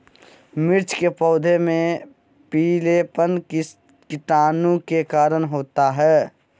मिर्च के पौधे में पिलेपन किस कीटाणु के कारण होता है?